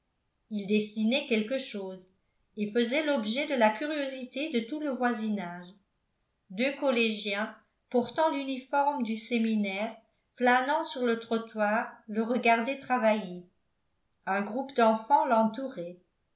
il dessinait quelque chose et faisait l'objet de la curiosité de tout le voisinage deux collégiens portant l'uniforme du séminaire flânant sur le trottoir le regardaient travailler un groupe d'enfants